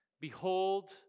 Behold